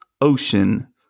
ocean